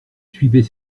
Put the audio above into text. suivait